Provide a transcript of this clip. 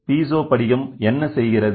எனவே பீசோ படிகம் என்ன செய்கிறது